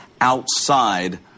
outside